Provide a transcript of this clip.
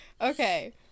okay